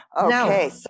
Okay